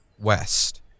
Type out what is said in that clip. west